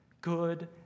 good